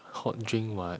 hot drink what